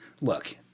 Look